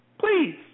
Please